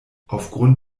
aufgrund